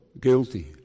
guilty